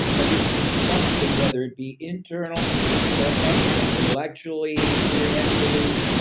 every consumption whether it be internal or external, intellectually, experientially,